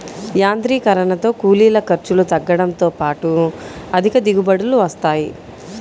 యాంత్రీకరణతో కూలీల ఖర్చులు తగ్గడంతో పాటు అధిక దిగుబడులు వస్తాయి